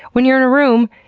when you're in a room,